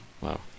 Wow